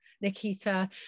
Nikita